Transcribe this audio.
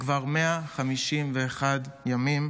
כבר 151 ימים.